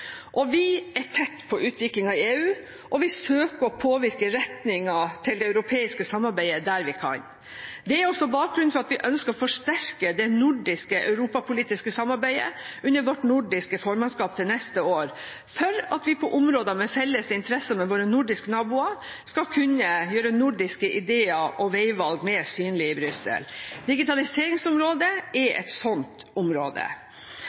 Vi er tett på utviklingen i EU, og vi søker å påvirke retningen til det europeiske samarbeidet der vi kan. Det er også bakgrunnen for at vi ønsker å forsterke det nordiske europapolitiske samarbeidet under vårt nordiske formannskap til neste år, for at vi på områder med felles interesser med våre nordiske naboer skal kunne gjøre nordiske ideer og veivalg mer synlig i Brussel. Digitaliseringsområdet er et slikt område.